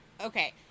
okay